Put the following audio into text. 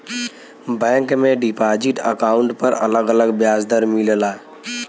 bank में deposit account पर अलग अलग ब्याज दर मिलला